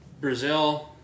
Brazil